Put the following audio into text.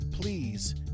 please